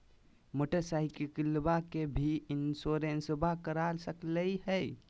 मोटरसाइकिलबा के भी इंसोरेंसबा करा सकलीय है?